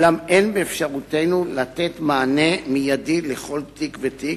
אולם אין באפשרותנו לתת מענה מיידי לכל תיק ותיק,